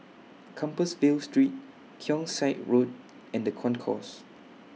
Compassvale Street Keong Saik Road and The Concourse